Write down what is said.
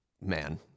Man